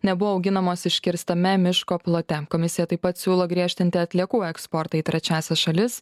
nebuvo auginamos iškirstame miško plote komisija taip pat siūlo griežtinti atliekų eksportą į trečiąsias šalis